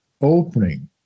opening